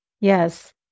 Yes